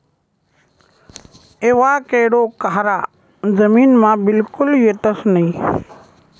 avocado खारा जमीनमा बिलकुल येतंस नयी